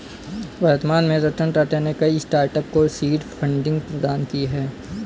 वर्तमान में रतन टाटा ने कई स्टार्टअप को सीड फंडिंग प्रदान की है